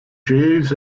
jeeves